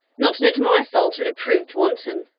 not to knit my soul to an approved wanton.